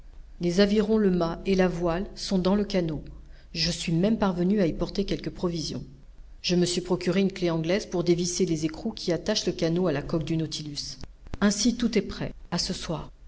les avirons le mât et la voile sont dans le canot je suis même parvenu à y porter quelques provisions je me suis procuré une clef anglaise pour dévisser les écrous qui attachent le canot à la coque du nautilus ainsi tout est prêt a ce soir